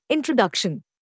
Introduction